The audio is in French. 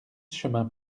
chemin